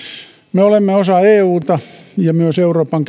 me olemme osa euta ja myös euroopan